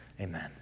Amen